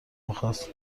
میخاست